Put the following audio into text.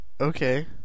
Okay